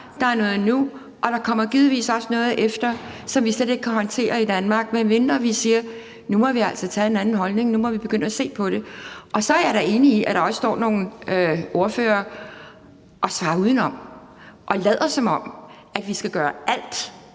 der er noget nu, og der kommer givetvis også noget efter, som vi slet ikke kan håndtere i Danmark, medmindre vi siger: Nu må vi altså indtage en anden holdning, nu må vi begynde at se på det. Så er jeg da enig i, at der også står nogle ordførere og svarer udenom og lader, som om vi skal gøre alt,